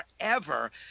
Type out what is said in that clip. forever